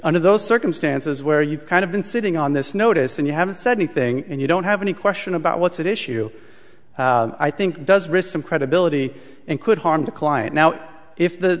under those circumstances where you kind of been sitting on this notice and you haven't said anything and you don't have any question about what's at issue i think does rescind credibility and could harm the client now if the